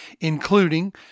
including